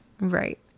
Right